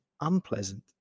unpleasant